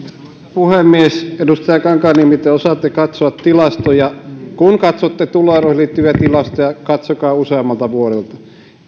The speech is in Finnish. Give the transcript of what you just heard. puhemies edustaja kankaanniemi te osaatte katsoa tilastoja kun katsotte tuloeroihin liittyviä tilastoja katsokaa useammalta vuodelta